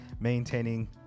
maintaining